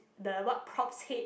the what props head